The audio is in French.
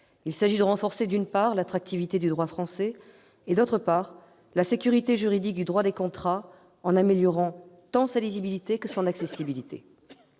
il s'agit de renforcer, d'une part, l'attractivité du droit français, d'autre part, la sécurité juridique du droit des contrats, en améliorant tant sa lisibilité que son accessibilité.